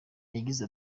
yagize